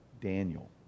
Daniel